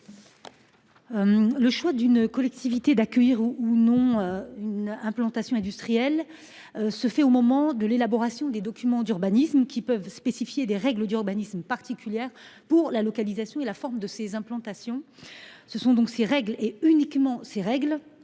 Le choix d’une collectivité d’accueillir ou non une implantation industrielle se fait au moment de l’élaboration des documents d’urbanisme, qui peuvent spécifier des règles particulières pour la localisation et la forme de ces implantations. Ce sont ces règles, et uniquement ces règles,